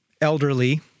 elderly